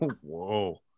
Whoa